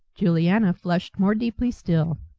juliana flushed more deeply still.